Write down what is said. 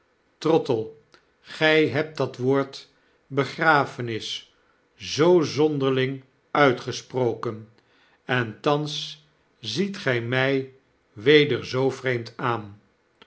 trottle gg hebt dat woord begrafenis zoo zonderling uitgesproken en thans ziet gij mij weder zoo vreemd aan